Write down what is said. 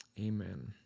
amen